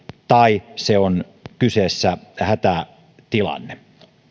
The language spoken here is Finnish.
tai on kyseessä hätätilanne